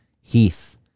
Heath